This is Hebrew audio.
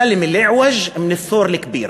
אל-ת'לם אל-אעווג' מן אל-ת'ור אל-כּבּיר,